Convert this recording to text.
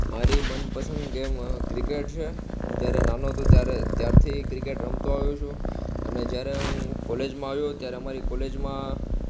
મારી મનપસંદ game cricket છે હું જ્યારે નાનો હતો ત્યારે ત્યારથી ક્રિકેટ રમતો આયો છું અને જ્યારે હું કોલેજમાં આવ્યો ત્યારે અમારી કોલેજમાં